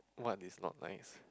what is not nice